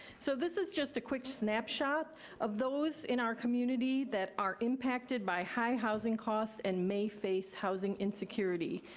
so this is just a quick snapshot of those in our community that are impacted by high housing costs and may face housing insecurity.